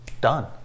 done